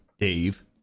Dave